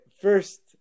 first